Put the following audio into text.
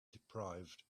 deprived